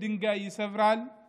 (אומר באמהרית